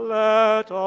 let